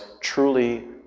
truly